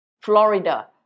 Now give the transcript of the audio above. florida